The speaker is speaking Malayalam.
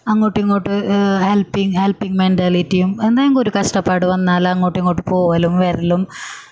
അങ്ങോട്ടും ഇങ്ങോട്ടും ഹെൽപ്പിങ് ഹെൽപ്പിങ് മെന്റാലിറ്റിയും എന്തേങ്കിലും ഒരു കഷ്ടപ്പാട് വന്നാൽ അങ്ങോട്ടും ഇങ്ങോട്ടും പോകലും വരലും